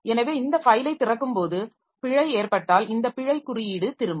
எனவே இந்த ஃபைலைத் திறக்கும்போது பிழை ஏற்பட்டால் இந்த பிழைக் குறியீடு திரும்பும்